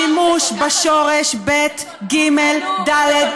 השימוש בשורש בג"ד,